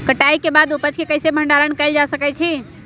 कटाई के बाद उपज के कईसे भंडारण कएल जा सकई छी?